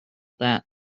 that